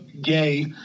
gay